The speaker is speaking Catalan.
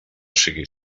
sigui